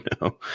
no